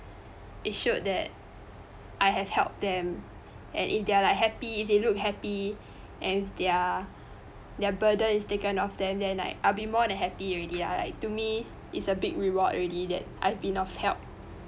it showed that I have helped them and if they are like happy if they looked happy and if their their burden is taken off them then like I would be more than happy already lah like to me is a big reward already that i've been of help